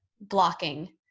blocking